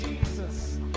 Jesus